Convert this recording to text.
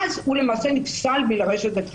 ואז הוא למעשה נפסל מלרשת את חלקה.